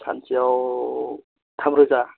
सानसेयाव थाम रोजा